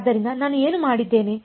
ಆದ್ದರಿಂದ ನಾನು ಏನು ಮಾಡಿದ್ದೇನೆ